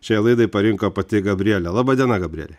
šiai laidai parinko pati gabrielė laba diena gabriele